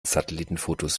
satellitenfotos